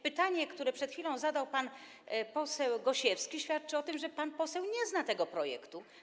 Pytanie, które przed chwilą zadał pan poseł Gosiewski, świadczy o tym, że pan poseł nie zna tego projektu.